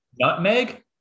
Nutmeg